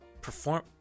perform